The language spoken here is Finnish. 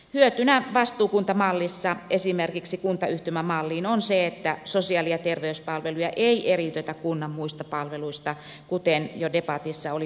hyötynä vastuukuntamallissa esimerkiksi kuntayhtymämalliin verrattuna on se että sosiaali ja terveyspalveluja ei eriytetä kunnan muista palveluista kuten jo debatissa oli puhetta